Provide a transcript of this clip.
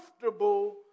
comfortable